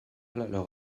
leur